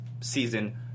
season